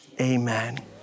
amen